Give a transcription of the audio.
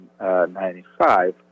1995